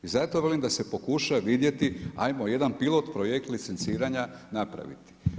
I zato velim da se pokuša vidjeti ajmo jedan pilot projekt licenciranja napraviti.